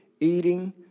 eating